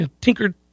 Tinker